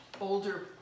older